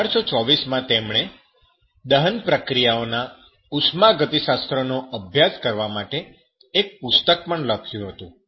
1824 માં તેમણે દહન પ્રક્રિયાઓના ઉષ્માગતિશાસ્ત્ર નો અભ્યાસ કરવા માટે એક પુસ્તક લખ્યું હતું